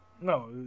No